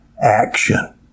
Action